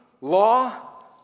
law